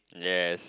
yes